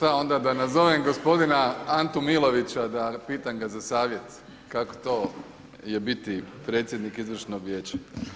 Joj šta onda da nazovem gospodina Antu Milovića da pitam ga za savjet kako to je biti predsjednik izvršnog vijeća.